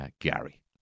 Gary